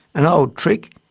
an old trick,